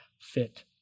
fit